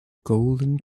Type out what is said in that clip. golden